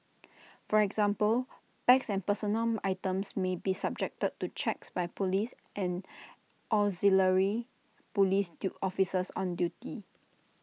for example bags and personal items may be subjected to checks by Police and auxiliary Police to officers on duty